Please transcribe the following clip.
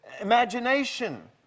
imagination